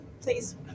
please